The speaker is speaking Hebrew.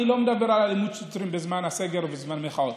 אני לא מדבר על אלימות שוטרים בזמן הסגר או בזמן המחאות,